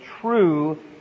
true